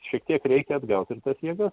šiek tiek reikia atgaut ir tas jėgas